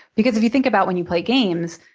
because if you think about when you play games,